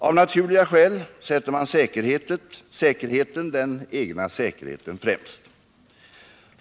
Av naturliga skäl sätter man säkerheten, den egna säkerheten, främst.